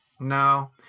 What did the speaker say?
No